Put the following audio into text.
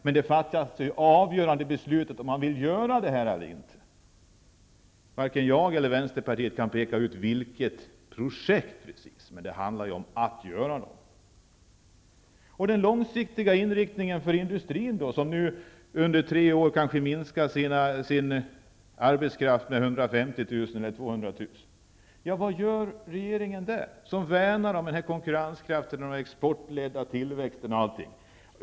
Men det avgörande beslutet om man vill göra detta eller inte finns inte. Vänsterpartiet och jag kan inte peka ut ett speciellt projekt, men det handlar om att göra något. Vad gör regeringen när det gäller den långsiktiga inriktningen för industrin? Den har nu under tre år minskat sin arbetskraft med kanske 150 000 eller 200 000 personer. Regeringen värnar om konkurrenskraften och den exportledda tillväxten.